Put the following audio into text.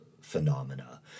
phenomena